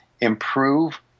improve